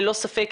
ללא ספק,